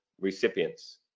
recipients